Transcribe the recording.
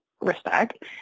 respect